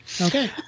Okay